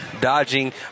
dodging